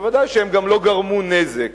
ודאי שהם גם לא גרמו נזק.